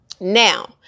Now